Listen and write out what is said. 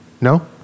No